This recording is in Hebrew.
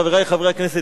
חברי חברי הכנסת,